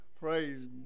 Praise